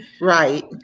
Right